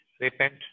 repent